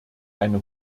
eine